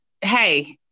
Hey